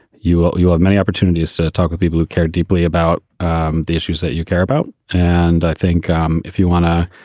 you you have many opportunities to talk with people who care deeply about the issues that you care about. and i think um if you want to.